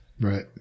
Right